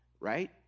right